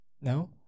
No